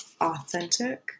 authentic